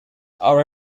are